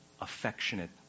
affectionate